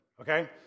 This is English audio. okay